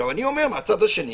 מהצד השני,